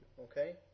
okay